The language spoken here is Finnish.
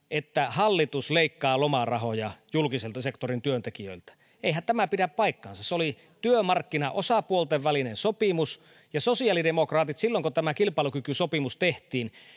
että hallitus leikkaa lomarahoja julkisen sektorin työntekijöiltä eihän tämä pidä paikkaansa se oli työmarkkinaosapuolten välinen sopimus ja sosiaalidemokraatit silloin kun tämä kilpailukykysopimus tehtiin